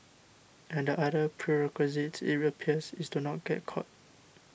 and the other prerequisite it appears is to not get caught